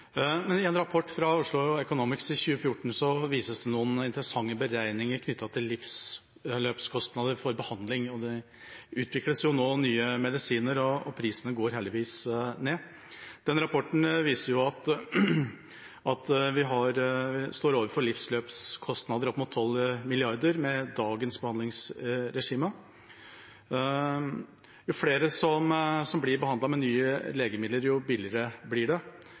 noen interessante beregninger knyttet til livsløpskostnader for behandling. Det utvikles nå nye medisiner, og prisene går heldigvis ned. Den rapporten viser at vi står overfor livsløpskostnader på opp mot 12 mrd. kr med dagens behandlingsregime. Jo flere som blir behandlet med nye legemidler, jo billigere blir det,